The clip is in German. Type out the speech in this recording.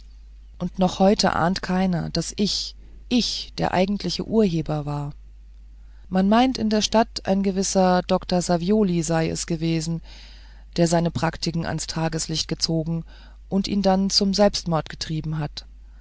und noch heute ahnt keiner daß ich ich der eigentliche urheber war man meint in der stadt ein gewisser dr savioli sei es gewesen der seine praktiken ans tageslicht gezogen und ihn dann zum selbstmord getrieben hat